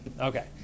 Okay